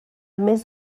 més